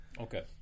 Okay